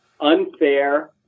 unfair